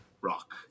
rock